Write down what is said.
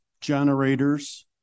generators